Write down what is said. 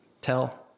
tell